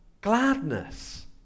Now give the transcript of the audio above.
gladness